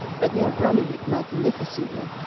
but they are running it magnificently.